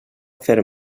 fer